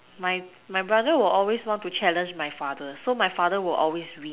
my my brother will always want to challenge my father so my father will always win